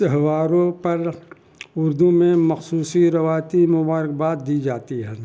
تہواروں پر اردو میں مخصوصی روایتی مبارکباد دی جاتی ہے